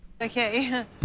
Okay